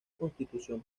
constitución